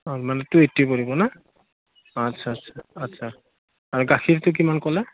অঁ মানে পৰিব ন আচ্ছা আচ্ছা আচ্ছা আৰু গাখীৰটো কিমান ক'লে